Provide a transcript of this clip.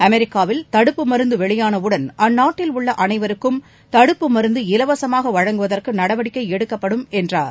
அமெரிக்காவில் தடுப்பு மருந்து வெளியான உடன் அந்நாட்டில் உள்ள அனைவருக்கும் தடுப்பு மருந்து இலவசமாக வழங்குவதற்கு நடவடிக்கை எடுக்கப்படும் என்றார்